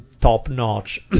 top-notch